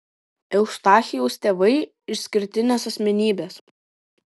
eustachijaus tėvai išskirtinės asmenybės